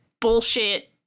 bullshit